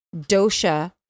dosha